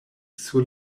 sur